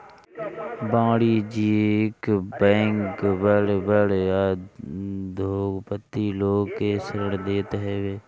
वाणिज्यिक बैंक बड़ बड़ उद्योगपति लोग के ऋण देत हवे